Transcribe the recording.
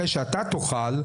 אחרי שאתה תאכל,